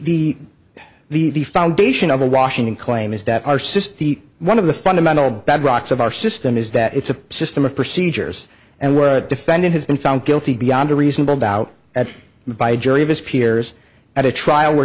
the the the foundation of the washington claim is that our system one of the fundamental bedrocks of our system is that it's a system of procedures and where a defendant has been found guilty beyond a reasonable doubt that by a jury of his peers at a trial where